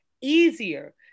easier